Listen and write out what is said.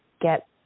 get